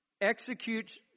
executes